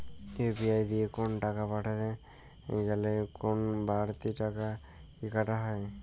UPI দিয়ে কোন টাকা পাঠাতে গেলে কোন বারতি টাকা কি কাটা হয়?